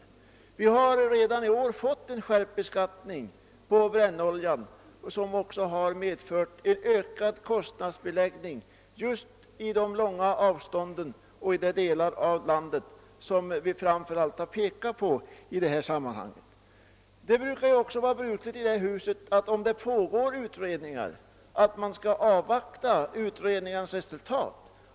Vi har redan i år fått en skärpt beskattning på brännolja som medför ökade kostnader särskilt på de långa avstånden och i de delar av landet som det här framför allt gäller. Om det pågår utredningar är det dessutom brukligt i det här huset att avvakta utredningarnas resultat.